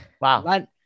Wow